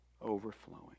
overflowing